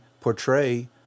portray